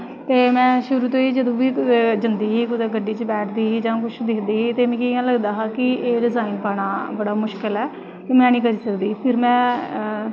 ते में शुरू तों गै में कुदै जंदी ही गड्डी च बैठदी ही ते कुश ते मिगी इ'यां लगदा हा कि एह् डिजाइन पाना बड़ा में निं करी सकदी फिर में